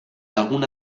alguna